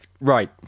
Right